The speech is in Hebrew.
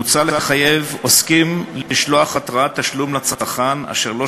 מוצע לחייב עוסקים לשלוח התראת תשלום לצרכן אשר לא